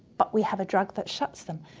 but we have a drug that shuts them.